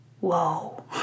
whoa